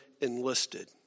enlisted